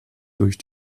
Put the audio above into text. durch